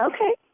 Okay